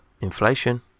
Inflation